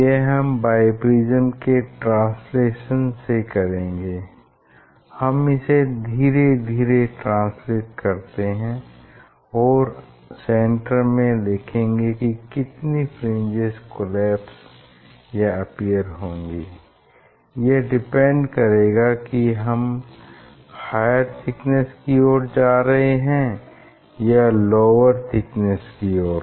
यह हम बाइप्रिज्म के ट्रांसलेशन से करेंगे हम इसे धीरे धीरे ट्रांसलेट करेंगे और सेन्टर में देखेंगे की कितनी फ्रिंजेस कोलैप्स या अपीयर होंगी यह डिपेंड करेगा कि हम हायर थिकनेस की ओर जा रहे हैं या लोअर की ओर